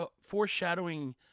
foreshadowing